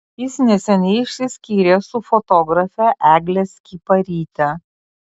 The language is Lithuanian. jis neseniai išsiskyrė su fotografe egle skiparyte